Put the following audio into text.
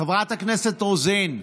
חברת הכנסת רוזין,